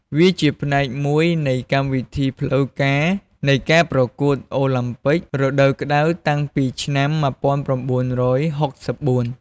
វាជាផ្នែកមួយនៃកម្មវិធីផ្លូវការនៃការប្រកួតអូឡាំពិករដូវក្តៅតាំងពីឆ្នាំ ១៩៦៤ ។